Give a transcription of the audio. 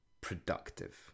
productive